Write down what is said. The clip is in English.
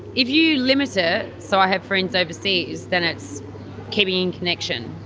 if you limit ah it, so i have friends overseas, then it's keeping in connection.